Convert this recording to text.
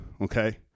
Okay